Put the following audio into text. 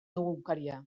egunkaria